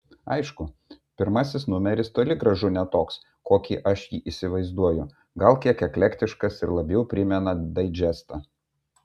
aišku pirmasis numeris toli gražu ne toks kokį aš jį įsivaizduoju gal kiek eklektiškas ir labiau primena daidžestą